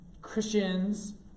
Christians